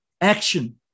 action